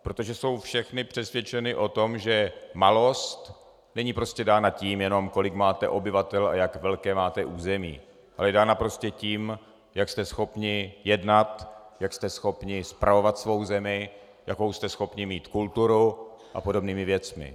Protože jsou všechny přesvědčeny o tom, že malost není prostě dána tím jenom, kolik máte obyvatel a jak velké máte území, ale je dána prostě tím, jak jste schopni jednat, jak jste schopni spravovat svou zemi, jakou jste schopni mít kulturu a podobnými věcmi.